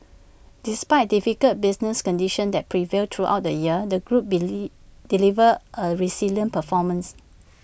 despite difficult business conditions that prevailed throughout the year the group delivered A resilient performance